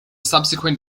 subsequent